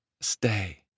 Stay